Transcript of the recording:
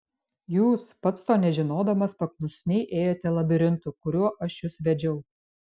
jūs pats to nežinodamas paklusniai ėjote labirintu kuriuo aš jus vedžiau